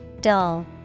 DULL